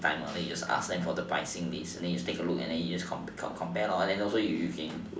free time lah then you just asked them for a pricing list then you just take a look and then just you compare then also you can